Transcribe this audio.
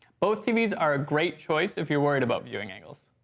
both tvs are a great choice if you're worried about viewing angles!